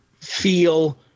feel